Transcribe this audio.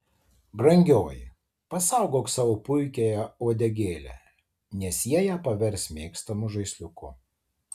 brangioji pasaugok savo puikiąją uodegėlę nes jie ją pavers mėgstamu žaisliuku